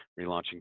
relaunching